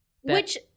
Which-